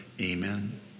Amen